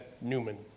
Newman